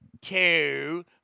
two